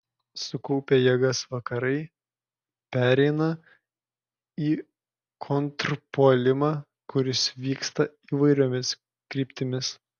sukaupę jėgas vakarai pereina į kontrpuolimą kuris vyksta įvairiomis kryptimis